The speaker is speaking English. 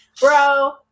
Bro